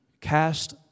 cast